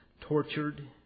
tortured